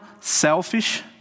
selfish